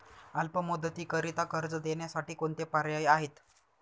अल्प मुदतीकरीता कर्ज देण्यासाठी कोणते पर्याय आहेत?